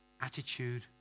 attitude